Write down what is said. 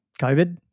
COVID